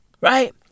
right